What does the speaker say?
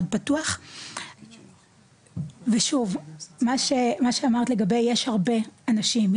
פתוח ושוב מה שאמרת לגבי יש הרבה אנשים,